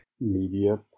media